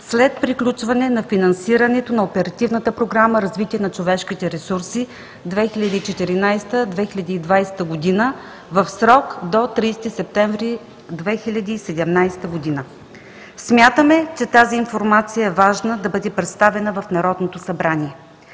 след приключване на финансирането на Оперативната програма „Развитие на човешките ресурси“ 2014 –2020 г. в срок до 30 септември 2017 г. Смятаме, че тази информация е важно да бъде представена в Народното събрание,